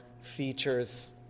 features